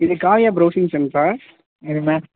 இது காவியா ப்ரொவ்சிங் சென்ட்ரா இது மேம்